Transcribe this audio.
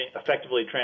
effectively